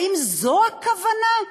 האם זו הכוונה?